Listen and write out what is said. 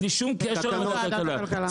בלי שום קשר לוועדת הכלכלה.